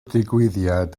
digwyddiad